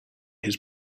his